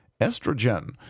estrogen